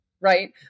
right